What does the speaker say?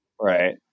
right